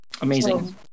Amazing